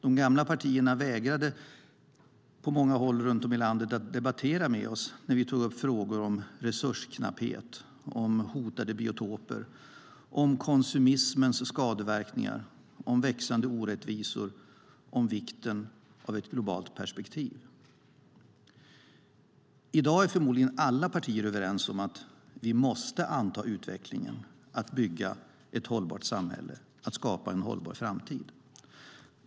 De gamla partierna vägrade på många håll runt om i landet att debattera med oss när vi tog upp frågor om resursknapphet, hotade biotoper, konsumismens skadeverkningar, växande orättvisor och vikten av ett globalt perspektiv. I dag är förmodligen alla partier överens om att vi måste anta utmaningen att bygga ett hållbart samhälle och skapa en hållbar framtid.